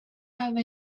have